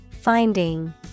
finding